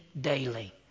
daily